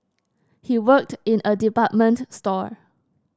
he worked in a department store